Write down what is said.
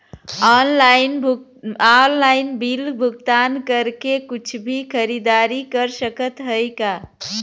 Online bill भुगतान करके कुछ भी खरीदारी कर सकत हई का?